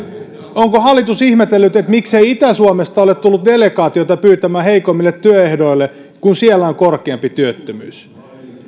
onko hallitus ihmetellyt miksei itä suomesta ole tullut delegaatiota pyytämään pääsyä heikommille työehdoille kun siellä on korkeampi työttömyys